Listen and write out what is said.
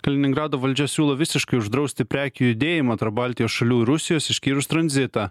kaliningrado valdžia siūlo visiškai uždrausti prekių judėjimą tarp baltijos šalių ir rusijos išskyrus tranzitą